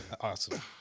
awesome